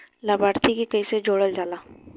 लभार्थी के कइसे जोड़ल जाला?